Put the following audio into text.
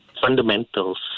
fundamentals